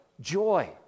joy